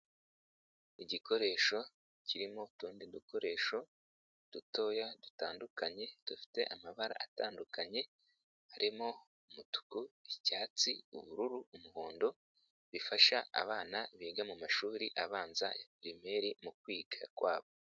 Igikoresho kirimo utuntu tw'udukoresho dutoya dutandukanye, dufite amabara atandukanye harimo umutuku, icyatsi, ubururu, umuhondo, bifasha abana biga mu mashuri abanza ya pirimeri mu kwiga kwabo.